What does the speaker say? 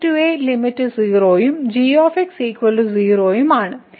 x → a limit 0 ഉം ഉം ആണ്